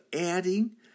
adding